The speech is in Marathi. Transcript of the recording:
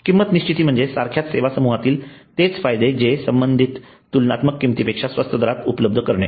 किंमत निश्चिती म्हणजे सारख्याच सेवा समूहातील तेच फायदे जे संबंधित तुलनात्मक किमतीपेक्षा स्वस्त दरात उपलब्ध करणे